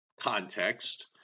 context